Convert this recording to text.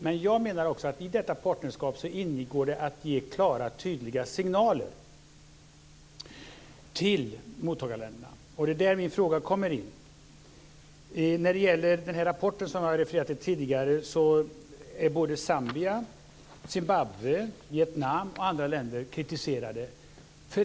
Men jag menar att det i detta partnerskap ingår att ge klara och tydliga signaler till mottagarländerna. Det är där min fråga kommer in. Både Zambia, Zimbabwe, Vietnam och andra länder kritiseras i den rapport som nämndes tidigare.